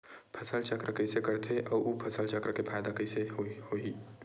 फसल चक्र कइसे करथे उ फसल चक्र के फ़ायदा कइसे से होही?